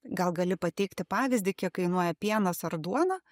gal gali pateikti pavyzdį kiek kainuoja pienas ar duona